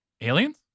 Aliens